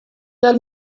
tell